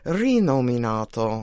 rinominato